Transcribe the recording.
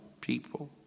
people